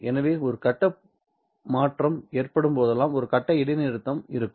எனவே ஒரு கட்ட மாற்றம் ஏற்படும் போதெல்லாம் ஒரு கட்ட இடைநிறுத்தம் இருக்கும்